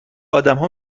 آدمها